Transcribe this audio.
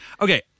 okay